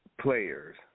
players